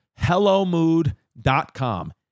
Hellomood.com